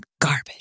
garbage